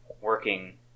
working